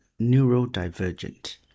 neurodivergent